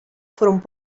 front